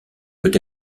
peut